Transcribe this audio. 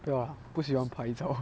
我不喜欢拍照